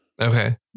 Okay